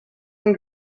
and